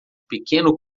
pequeno